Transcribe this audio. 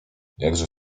jakże